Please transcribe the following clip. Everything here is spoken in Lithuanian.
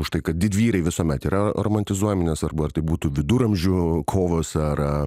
už tai kad didvyriai visuomet yra romantizuojami nesvarbu ar tai būtų viduramžių kovos ar